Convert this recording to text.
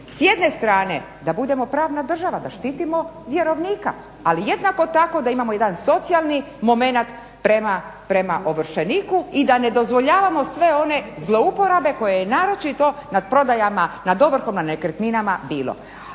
S jedne strane da budemo pravna država, da štitimo vjerovnika ali jednako tako da imamo jedan socijalni momenat prema ovršeniku i da ne dozvoljavamo sve one zlouporabe koje naročito nad prodajama nad ovrhom na nekretninama bilo.